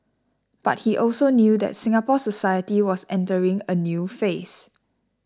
but he also knew that Singapore society was entering a new phase